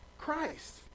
Christ